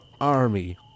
army